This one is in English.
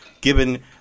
given